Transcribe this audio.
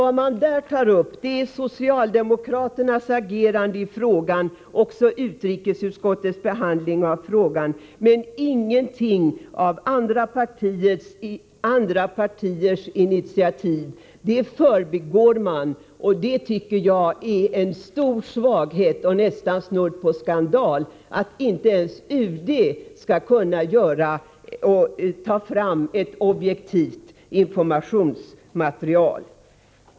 Vad man där tar upp är socialdemokraternas agerande i frågan och utrikesutskottets behandling av den, men man säger ingenting om andra partiers initiativ. Dem förbigår man med tystnad. Jag tycker att det är en stor svaghet och snudd på skandal att inte ens UD skall kunna ta fram ett objektivt informationsmaterial.